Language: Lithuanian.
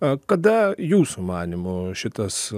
a kada jūsų manymu šitas